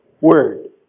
word